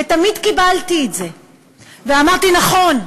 ותמיד קיבלתי את זה ואמרתי: נכון.